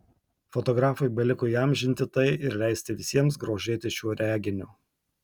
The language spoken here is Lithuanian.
fotografui beliko įamžinti tai ir leisti visiems grožėtis šiuo reginiu